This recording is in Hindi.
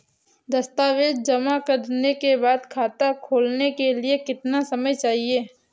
दस्तावेज़ जमा करने के बाद खाता खोलने के लिए कितना समय चाहिए?